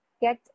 get